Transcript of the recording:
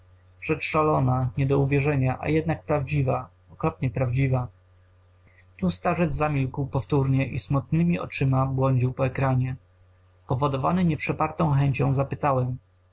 rzecz szalona nie do uwierzenia a jednak prawdziwa okropnie prawdziwa tu starzec zamilkł powtórnie i smutnemi oczyma błądził po ekranie powodowany nieprzepartą chęcią zapytałem